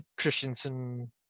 Christensen